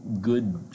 good